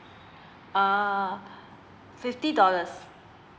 uh fifty dollars